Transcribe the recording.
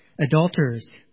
adulterers